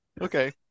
Okay